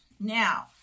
Now